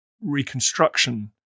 Reconstruction